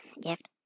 gift